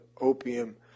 opium